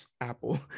Apple